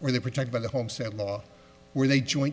where they protect by the homestead law were they join